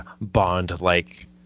Bond-like